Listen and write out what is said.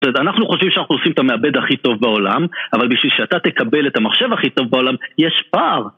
זאת אומרת, אנחנו חושבים שאנחנו עושים את המעבד הכי טוב בעולם, אבל בשביל שאתה תקבל את המחשב הכי טוב בעולם, יש פער!